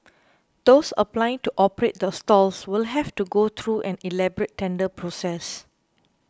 those applying to operate the stalls will have to go through an elaborate tender process